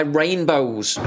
rainbows